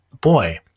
boy